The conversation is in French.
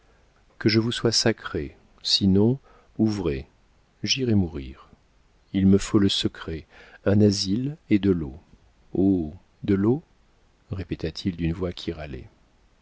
que je vous sois sacré sinon ouvrez j'irai mourir il me faut le secret un asile et de l'eau oh de l'eau répéta-t-il d'une voix qui râlait